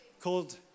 called